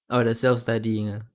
oh the self studying ah